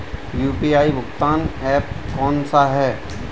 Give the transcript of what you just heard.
UPI भुगतान app कौन सा है?